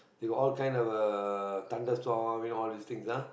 they got all kind of a uh thunderstorm you know all these things ah